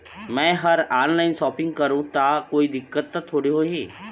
मैं हर online shopping करू ता कोई दिक्कत त थोड़ी होही?